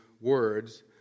words